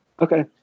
Okay